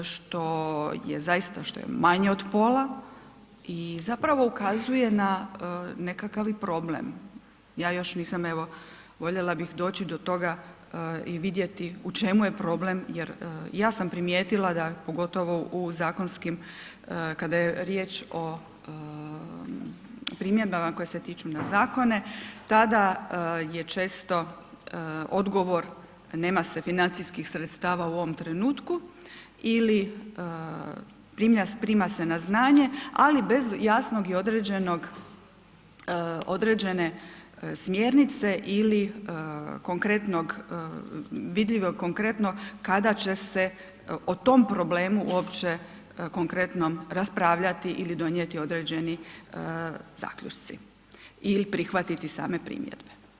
Što je zaista, što je manje od pola i zapravo ukazuje na nekakav i problem, ja još nisam evo voljela bih doći do toga i vidjeti u čemu je problem, jer i ja sam primijetila da pogotovo u zakonskim, kada je riječ o primjedbama koje se tiču na zakone, tada je često odgovor nema se financijskih sredstava u ovom trenutku ili prima se na znanje ali bez jasnog i određenog, određen smjernice ili konkretnog vidljivo konkretno kada će se o tom problemu uopće konkretnom raspravljati ili donijeti određeni zaključci ili prihvatiti same primjedbe.